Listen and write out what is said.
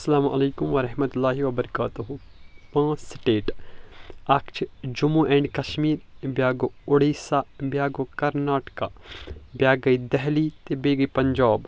السلامُ علیکم ورحمتہ اللٰہِ وبرکاتہُ پانٛژھ سِٹیٹ اکھ چھ جموں اینڈ کشمیٖر بیٛاکھ گوٚو اُڑیسہ بیٛاکھ گو کرناٹکہ بیٛاکھ گٔے دہلی تہٕ بیٚیہِ گٔے پنجاب